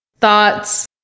thoughts